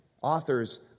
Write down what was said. authors